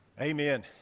Amen